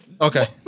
okay